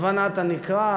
הבנת הנקרא,